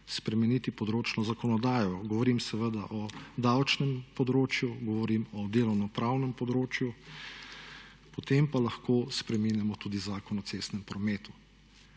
spremeniti področno zakonodajo. Govorim seveda o davčnem področju, govorim o delovnopravnem področju, potem pa lahko spreminjamo tudi Zakon o cestnem prometu.